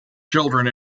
children